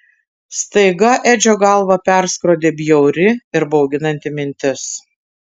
staiga edžio galvą perskrodė bjauri ir bauginanti mintis